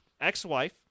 ex-wife